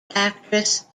actress